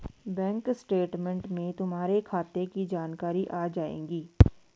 bank statement में तुम्हारे खाते की जानकारी आ जाएंगी